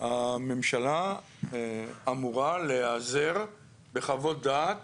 הממשלה אמורה להיעזר בחוות דעת